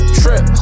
trip